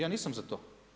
Ja nisam za to.